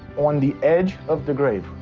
on the edge of the grave,